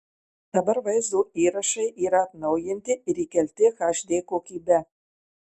dabar vaizdo įrašai yra atnaujinti ir įkelti hd kokybe